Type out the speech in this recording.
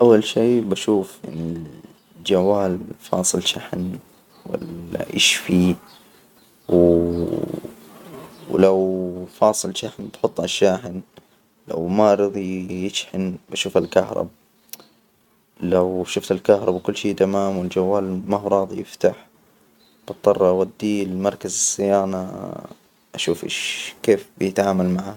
أول شي بشوف الجوال، فاصل شحن ولا إيش فيه؟ و ولو فاصل شحن بحطه على الشاحن لو ما رضي يشحن بشوف الكهرب. لو شفت الكهرب وكل شي تمام، والجوال ما هو راضي يفتح، مضطر أوديه لمركز الصيانة، أشوف إيش كيف بيتعامل معاه؟